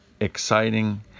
exciting